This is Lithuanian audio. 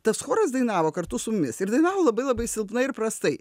tas choras dainavo kartu su mumis ir dainavo labai labai silpna ir prastai